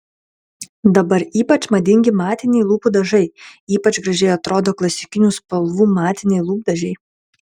dabar ypač madingi matiniai lūpų dažai ypač gražiai atrodo klasikinių spalvų matiniai lūpdažiai